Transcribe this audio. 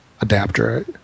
adapter